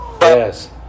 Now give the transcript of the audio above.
Yes